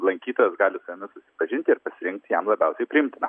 lankytojas gali susipažinti ir pasirinkti jam labiausiai priimtiną